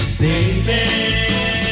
baby